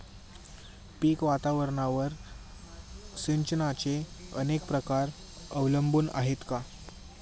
पीक वातावरणावर सिंचनाचे अनेक प्रकार अवलंबून आहेत का?